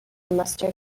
mustard